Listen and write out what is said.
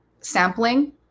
sampling